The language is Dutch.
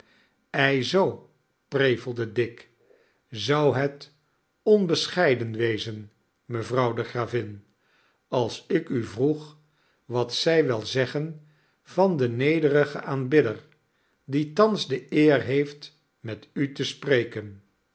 prevelde dick zou het onbescheiden wezen mevrouw de gravin als ik u vroeg wat zij wel zeggen van den nederigen aanbidder die thans de eer heeft met u te spreken